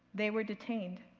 they were detained.